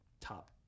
top